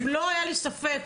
לא היה לי ספק.